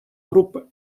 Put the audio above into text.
групи